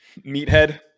meathead